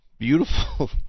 beautiful